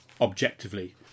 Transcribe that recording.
objectively